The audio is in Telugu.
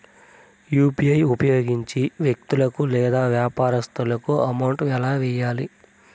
యు.పి.ఐ ఉపయోగించి వ్యక్తులకు లేదా వ్యాపారస్తులకు అమౌంట్ ఎలా వెయ్యాలి